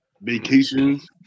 vacations